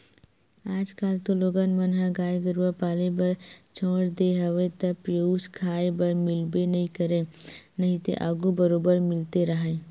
आजकल तो लोगन मन ह गाय गरुवा पाले बर छोड़ देय हवे त पेयूस खाए बर मिलबे नइ करय नइते आघू बरोबर मिलते राहय